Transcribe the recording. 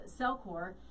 CellCore